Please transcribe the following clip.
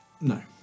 No